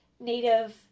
native